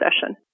session